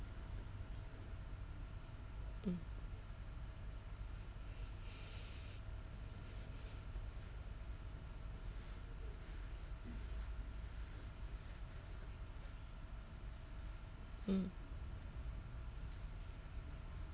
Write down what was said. mm mm